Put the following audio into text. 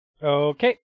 Okay